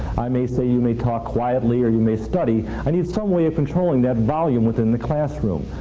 i may say you may talk quietly, or you may study. i need some way of controlling that volume within the classroom.